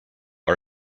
are